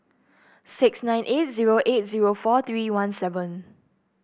six nine eight zero eight zero four three one seven